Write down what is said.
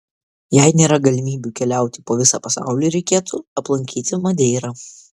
jei nėra galimybių keliauti po visą pasaulį reikėtų aplankyti madeirą